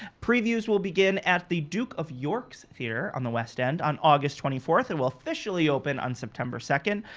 previews will begin at the duke of york's theater on the west end on august twenty fourth, and will officially open on september second.